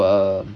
so um